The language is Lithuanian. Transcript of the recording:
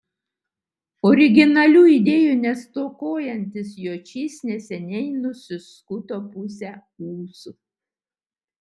originalių idėjų nestokojantis jočys neseniai nusiskuto pusę ūsų